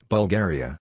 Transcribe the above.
Bulgaria